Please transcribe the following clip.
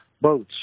boats